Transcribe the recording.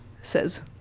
says